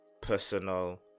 personal